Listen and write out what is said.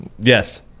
Yes